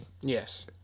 Yes